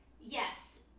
Yes